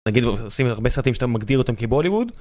נגיד עושים הרבה סרטים שאתה מגדיר אותם כבוליווד.